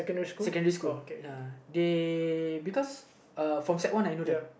secondary school ya they because uh from sec one I know them